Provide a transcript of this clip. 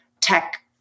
tech